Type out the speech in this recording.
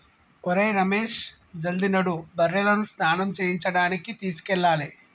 ఒరేయ్ రమేష్ జల్ది నడు బర్రెలను స్నానం చేయించడానికి తీసుకెళ్లాలి